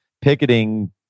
picketing